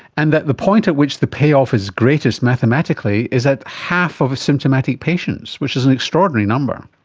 and that the point at which the payoff is greatest mathematically is at half of symptomatic patients, which is an extraordinary number.